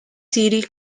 city